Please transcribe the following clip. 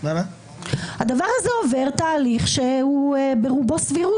הדבר הזה עובר תהליך שהוא ברובו סבירות,